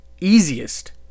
easiest